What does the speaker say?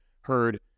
heard